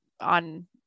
on